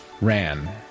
Ran